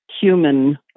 human